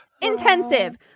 intensive